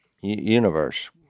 universe